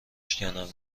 شکنم